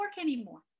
anymore